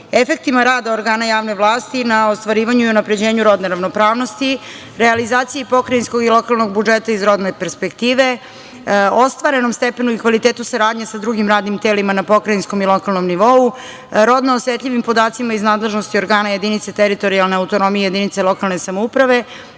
efektima rada organa javne vlasti; na ostvarivanju i unapređenju rodne ravnopravnosti; realizaciji pokrajinskog i lokalnog budžeta iz rodne perspektive; ostvarenom stepenu i kvalitetu saradnje sa drugim radnim telima na pokrajinskom i lokalnom nivou; rodno osetljivim podacima iz nadležnosti organa jedinice teritorijalne autonomije jedinica lokalne samouprave;